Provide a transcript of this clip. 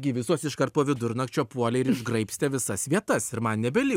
gi visos iškart po vidurnakčio puolė ir išgraibstė visas vietas ir man nebeli